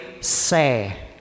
say